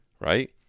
right